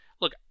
look